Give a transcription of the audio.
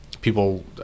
people